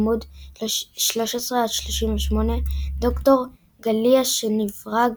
עמ' 13–38 ד"ר גליה שנברג,